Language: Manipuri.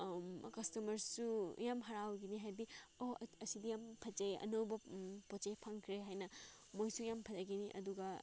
ꯀꯁꯇꯃꯔꯁꯨ ꯌꯥꯝ ꯍꯔꯥꯎꯒꯅꯤ ꯍꯥꯏꯗꯤ ꯑꯣ ꯑꯁꯤꯗꯤ ꯌꯥꯝ ꯐꯖꯩ ꯑꯅꯧꯕ ꯄꯣꯠ ꯆꯩ ꯐꯪꯈ꯭ꯔꯦ ꯍꯥꯏꯅ ꯃꯣꯏꯁꯨ ꯌꯥꯝ ꯐꯖꯒꯅꯤ ꯑꯗꯨꯒ